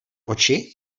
oči